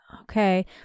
okay